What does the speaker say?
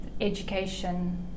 education